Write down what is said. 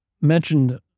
mentioned